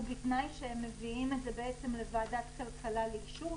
ובתנאי שהם מביאים את זה לוועדת כלכלה לאישור.